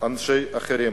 אנשים אחרים.